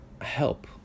help